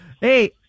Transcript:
Hey